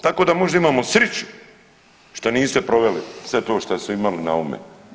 Tako da možda imamo sriću što niste proveli sve to što ste imali na umu.